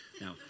Now